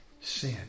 sin